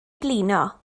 blino